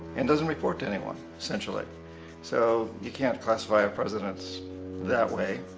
and doesn't report to anyone, essentially. so you can't classify our presidents that way.